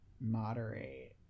moderate